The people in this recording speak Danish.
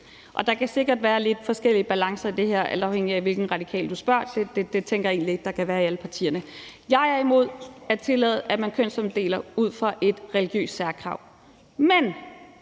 og der kan sikkert være lidt forskellige balancer i det her, alt afhængig af hvilken radikal du spørger. Det tænker jeg egentlig der kan være i alle partierne. Jeg er imod at tillade, at man kønsopdeler ud fra et religiøst særkrav. Men